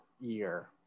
year